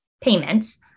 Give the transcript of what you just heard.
payments